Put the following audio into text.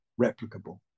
replicable